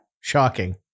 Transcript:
Shocking